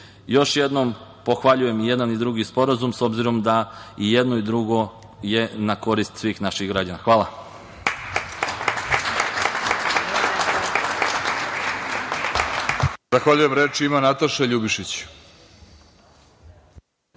jednom, pohvaljujem jedan i drugi sporazum, s obzirom da i jedno i drugo je na korist svih naših građana. Hvala.